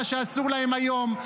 מה שאסור להם היום.